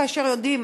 כאשר יודעים,